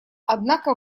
однако